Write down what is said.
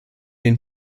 den